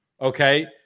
okay